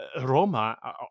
Roma